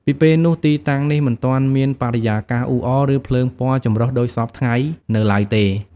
ពីពេលនោះ ទីតាំងនេះមិនទាន់មានបរិយាកាសអ៊ូអរ ឬភ្លើងពណ៌ចម្រុះដូចសព្វថ្ងៃនៅឡើយទេ។